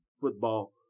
football